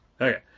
Okay